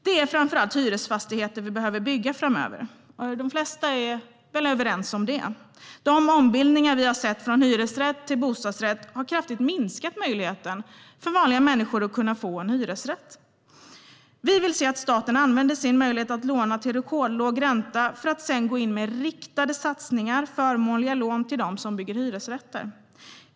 Det är framför allt hyresfastigheter vi behöver bygga framöver. De flesta är väl överens om det. De ombildningar från hyresrätt till bostadsrätt vi har sett har kraftigt minskat möjligheten för vanliga människor att få en hyresrätt. Vi vill se att staten använder sin möjlighet att låna till rekordlåg ränta för att sedan gå in med riktade satsningar - förmånliga lån - till dem som bygger hyresrätter.